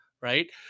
right